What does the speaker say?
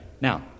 Now